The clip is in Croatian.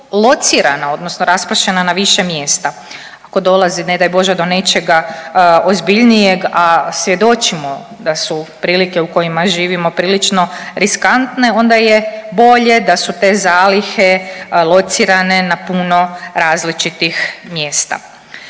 locirane odnosno raspršene na više mjesta ako dolazi ne daj Bože do nečega ozbiljnijeg, a svjedočimo da su prilike u kojima živimo prilično riskantne onda je bolje da su te zalihe locirane na puno različitih mjesta.